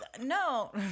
no